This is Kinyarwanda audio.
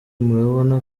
murabona